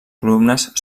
columnes